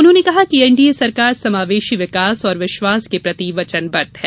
उन्होंने कहा कि एनडीए सरकार समावेशी विकास और विश्वास के प्रति वचनबद्ध है